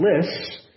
lists